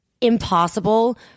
impossible